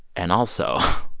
and also,